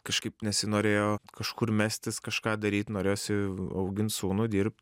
kažkaip nesinorėjo kažkur mestis kažką daryt norėjosi augint sūnų dirbt